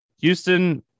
Houston